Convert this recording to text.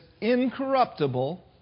incorruptible